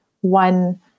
one